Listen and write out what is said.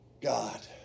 God